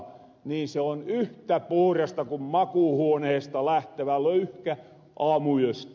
se on yhtä puhurasta kuin makuuhuoneesta lähtevä löyhkä aamuyöstä